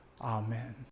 Amen